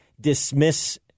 dismiss